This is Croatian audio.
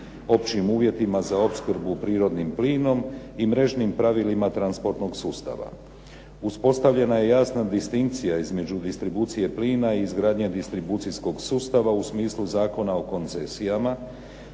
općim uvjetima za opskrbu prirodnim plinom o mrežnim pravilima transportnog sustava. Uspostavljena je jasna distinkcija između distribucije plina i izgradnje distribucijskog sustava u smislu Zakona o koncesijama.